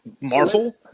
marvel